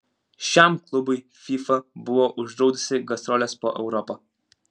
šiam klubui fifa buvo uždraudusi gastroles po europą